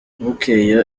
bukeye